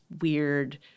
weird